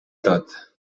tot